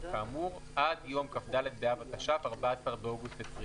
כאמור עד יום כ"ד באב התש"ף (14 באוגוסט 2020);